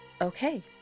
Okay